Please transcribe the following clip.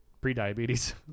pre-diabetes